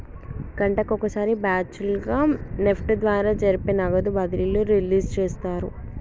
గంటకొక సారి బ్యాచ్ లుగా నెఫ్ట్ ద్వారా జరిపే నగదు బదిలీలు రిలీజ్ చేస్తారు